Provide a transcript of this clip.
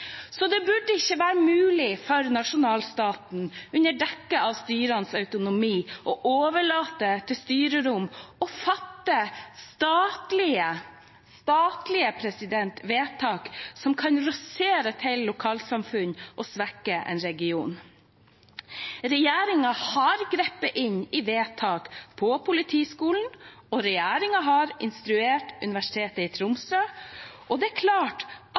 Så det burde ikke være mulig for nasjonalstaten, under dekke av styrenes autonomi, å overlate til styrerom å fatte statlige – statlige – vedtak som kan rasere et helt lokalsamfunn og svekke en region. Regjeringen har grepet inn i vedtak ved Politihøgskolen, regjeringen har instruert Universitetet i Tromsø, og det er klart at